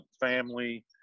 family